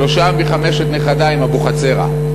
שלושה מחמשת נכדי הם אבוחצירא.